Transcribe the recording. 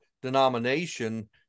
denomination